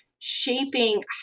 shaping